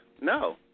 No